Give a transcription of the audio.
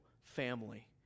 family